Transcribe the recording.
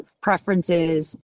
preferences